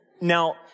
Now